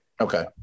Okay